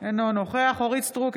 אינו נוכח אורית מלכה סטרוק,